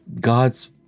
God's